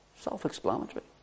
Self-explanatory